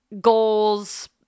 goals